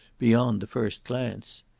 beyond the first glance.